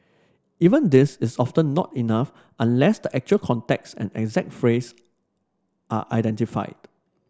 even this is often not enough unless the actual context and exact phrase are identified